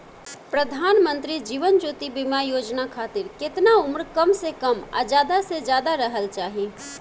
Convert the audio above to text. प्रधानमंत्री जीवन ज्योती बीमा योजना खातिर केतना उम्र कम से कम आ ज्यादा से ज्यादा रहल चाहि?